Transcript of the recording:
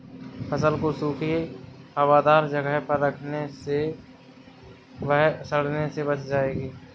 फसल को सूखी, हवादार जगह पर रखने से वह सड़ने से बच जाएगी